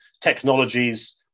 technologies